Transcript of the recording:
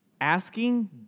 Asking